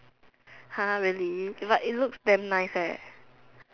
!huh! really but it looks damn nice eh